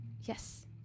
Yes